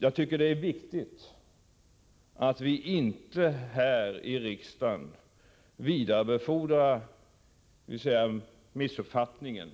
Jag tycker det är viktigt att vi här i riksdagen inte vidarebefordrar missuppfattningen